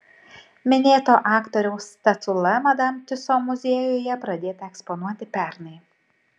minėto aktoriaus statula madam tiuso muziejuje pradėta eksponuoti pernai